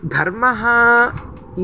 धर्मः इति